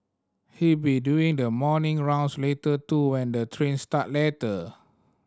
he be doing the morning rounds later too when the trains start later